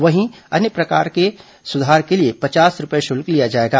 वहीं अन्य सभी प्रकार के सुधार के लिए पचास रूपए शुल्क लिया जाएगा